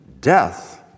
death